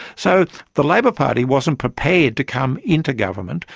so the labor party wasn't prepared to come into government,